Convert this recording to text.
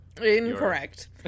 Incorrect